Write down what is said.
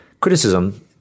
criticism